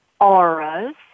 auras